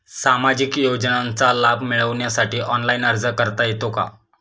सामाजिक योजनांचा लाभ मिळवण्यासाठी ऑनलाइन अर्ज करता येतो का?